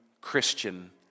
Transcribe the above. Christian